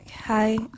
Hi